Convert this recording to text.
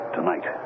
Tonight